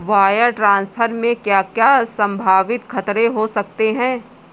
Wire transfer में क्या क्या संभावित खतरे हो सकते हैं?